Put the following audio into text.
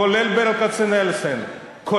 חבר הכנסת רוזנטל, כל